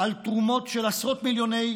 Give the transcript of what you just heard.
על תרומות של עשרות מיליוני